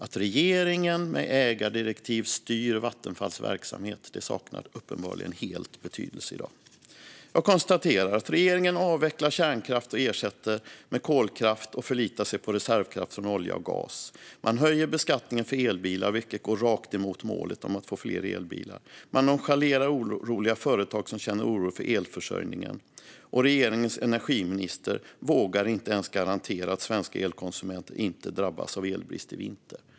Att regeringen med ägardirektiv styr Vattenfalls verksamhet saknar uppenbarligen helt betydelse i dag. Jag konstaterar att regeringen avvecklar kärnkraft och ersätter med kolkraft och förlitar sig på reservkraft från olja och gas. Man höjer beskattningen för elbilar, vilket går rakt emot målet om att få fler elbilar. Man nonchalerar företag som känner oro för elförsörjningen. Regeringens energiminister vågar inte ens garantera att svenska elkonsumenter inte drabbas av elbrist i vinter.